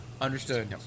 Understood